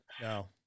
no